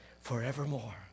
forevermore